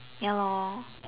ya lor